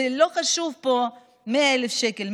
לא חשובים פה 100,000 שקל,